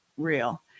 real